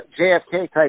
JFK-type